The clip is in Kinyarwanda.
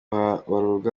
habarurwa